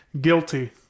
guilty